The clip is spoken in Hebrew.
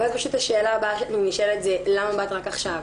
ואז פשוט השאלה הבאה שנשאלת זה למה באת רק עכשיו?